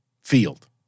field